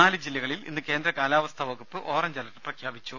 നാല് ജില്ലകളിൽ ഇന്ന് കേന്ദ്ര കാലാവസ്ഥാ വകുപ്പ് ഓറഞ്ച് അലർട്ട് പ്രഖ്യാപിച്ചു